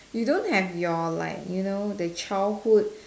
you don't have your like the childhood